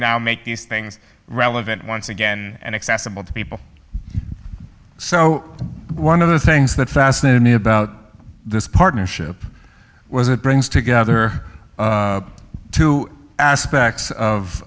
now make these things relevant once again and accessible to people so one of the things that fascinated me about this partnership was it brings together two aspects of